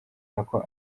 nako